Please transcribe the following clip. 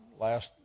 last